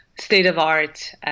state-of-art